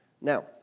Now